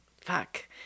Fuck